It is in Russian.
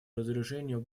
разоружению